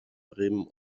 bremen